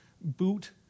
boot